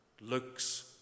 looks